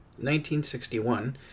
1961